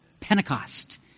Pentecost